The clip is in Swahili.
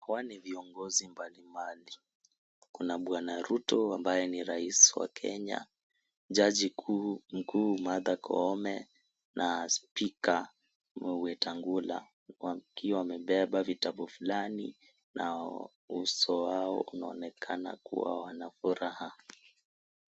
Hawa ni viongozi mbalimbali , kuna Bwana Ruto ambaye ni Rais wa Kenya, jaji kuu mkuu Martha Koome na spika Wetangula wakiwa wamebeba vitabu fulani na uso wao unaonekana kuwa wana furaha.